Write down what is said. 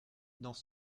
dans